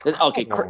okay